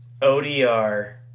ODR